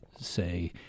say